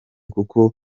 kuko